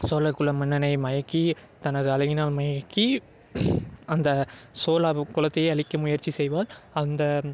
சோழ குல மன்னனை மயக்கி தனது அழகினால் மயக்கி அந்த சோழ குலத்தையே அழிக்கும் முயற்சி செய்வாள் அந்த